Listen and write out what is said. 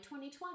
2020